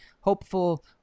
hopeful